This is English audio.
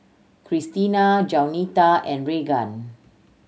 Christena Jaunita and Regan